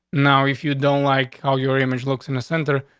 now, if you don't like how your image looks in the centre,